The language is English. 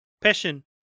Passion